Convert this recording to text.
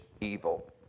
evil